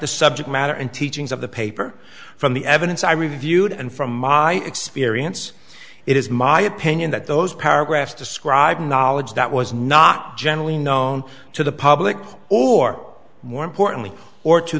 the subject matter and teachings of the paper from the evidence i reviewed and from my experience it is my opinion that those paragraphs describe knowledge that was not generally known to the public or more importantly or to